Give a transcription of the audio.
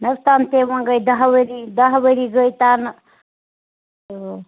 نہٕ حظ تَن تے وۄنۍ گٔے دَہ ؤری دَہ ؤری گٔے تَنہٕ